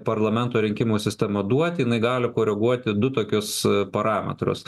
parlamento rinkimų sistema duoti jinai gali koreguoti du tokius parametrus